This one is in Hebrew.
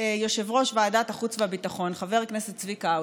יושב-ראש ועדת החוץ והביטחון חבר הכנסת צביקה האוזר,